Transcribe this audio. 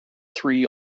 three